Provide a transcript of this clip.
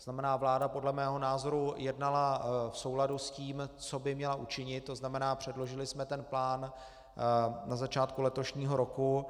To znamená, vláda podle mého názoru jednala v souladu s tím, co by měla učinit, tzn. předložili jsme ten plán na začátku letošního roku.